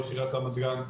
ראש עיריית רמת גן,